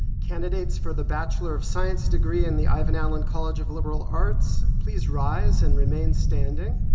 candidates for the bachelor of science degree in the ivan allen college of liberal arts, please rise and remain standing.